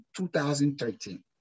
2013